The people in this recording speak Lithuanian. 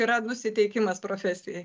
yra nusiteikimas profesijai